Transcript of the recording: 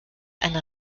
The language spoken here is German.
eine